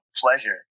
pleasure